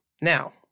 Now